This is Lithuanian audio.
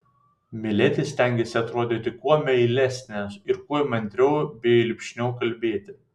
miledi stengėsi atrodyti kuo meilesnė ir kuo įmantriau bei lipšniau kalbėti